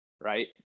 Right